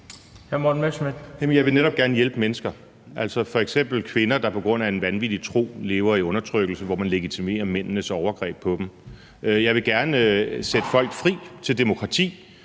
Jeg vil netop gerne hjælpe mennesker, altså f.eks. kvinder, der på grund af en vanvittig tro lever i undertrykkelse, hvor man legitimerer mændenes overgreb på dem. Jeg vil gerne sætte folk fri til demokrati,